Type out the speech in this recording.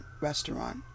restaurant